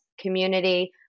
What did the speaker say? community